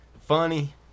funny